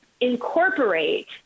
incorporate